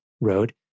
road